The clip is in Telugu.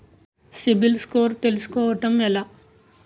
సిబిల్ స్కోర్ తెల్సుకోటం ఎలా?